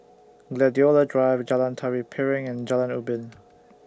Gladiola Drive Jalan Tari Piring and Jalan Ubin